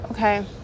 Okay